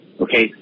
okay